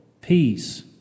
peace